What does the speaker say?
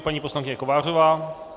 Paní poslankyně Kovářová.